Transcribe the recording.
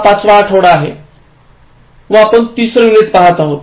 हा पाचवा आठवडा आहे व आपण तिसरे युनिट पाहत आहोत